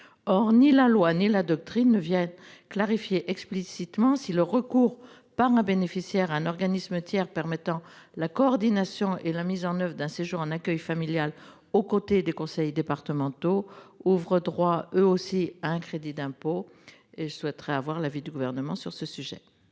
Or ni la loi ni la doctrine ne précisent explicitement si le recours, par un bénéficiaire, à un organisme tiers permettant la coordination et la mise en oeuvre d'un séjour en accueil familial, aux côtés des conseils départementaux, ouvre droit lui aussi à un crédit d'impôt. Je souhaite connaître l'avis du Gouvernement sur ce sujet.